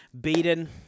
beaten